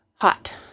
Hot